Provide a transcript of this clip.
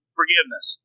forgiveness